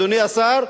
אדוני השר,